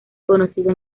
conocida